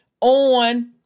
on